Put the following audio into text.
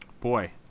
boy